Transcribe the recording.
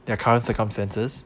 their current circumstances